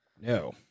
No